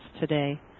today